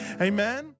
amen